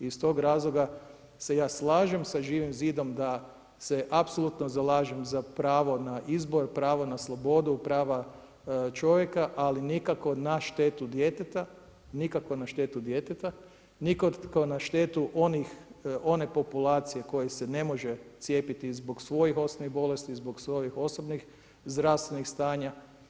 Iz toga razloga se ja slažem sa Živim zidom da se apsolutno zalažem za pravo na izbor, pravo na slobodu, prava čovjeka ali nikako na štetu djeteta, nikako na štetu onih, one populacije koje se ne može cijepiti zbog svojih osnovnih bolesti, zbog svojih osobnih zdravstvenih stanja.